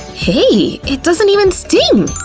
hey, it doesn't even sting!